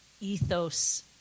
ethos